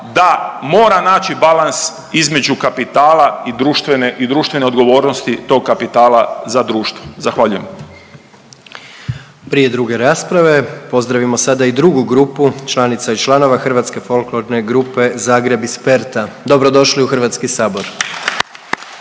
da mora naći balans između kapitala i društvene i društvene odgovornosti tog kapitala za društvo, zahvaljujem. **Jandroković, Gordan (HDZ)** Prije druge rasprave pozdravimo sada i drugu grupu članica i članova Hrvatske folklorne grupe Zagreb iz Pertha, dobrodošli u HS! /Pljesak./.